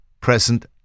present